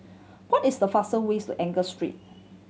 what is the faster ways to Angus Street